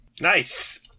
Nice